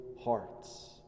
hearts